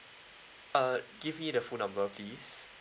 uh give me the phone number please